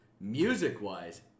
Music-wise